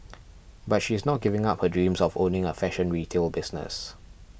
but she is not giving up her dreams of owning a fashion retail business